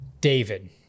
David